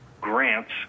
grants